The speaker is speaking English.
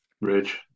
Rich